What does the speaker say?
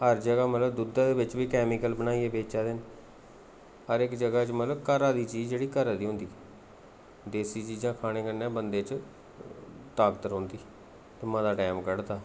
हर जगहा मतलब दुद्धा च बी कैमिकल बनाइयै बेचा दे न हर इक चीज मतलब घरा दी चीज जेह्ड़ी घरा दी होंदी देसी चीजां खाने कन्नै बंदे च ताकत रौंह्दी ते मता टैम कड्ढदा